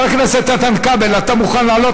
חבר הכנסת איתן כבל, אתה מוכן לעלות?